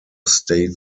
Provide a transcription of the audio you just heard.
state